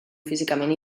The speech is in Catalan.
físicament